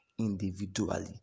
Individually